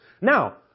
Now